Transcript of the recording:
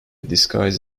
disguised